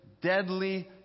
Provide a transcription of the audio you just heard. deadly